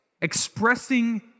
expressing